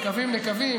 נקבים-נקבים,